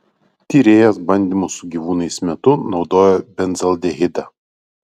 tyrėjas bandymų su gyvūnais metu naudojo benzaldehidą